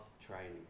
training